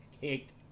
kicked